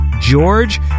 George